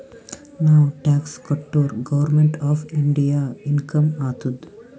ನಾವ್ ಟ್ಯಾಕ್ಸ್ ಕಟುರ್ government of ಇಂಡಿಯಾಗ ಇನ್ಕಮ್ ಆತ್ತುದ್